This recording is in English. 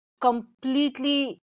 completely